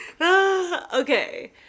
okay